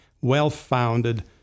well-founded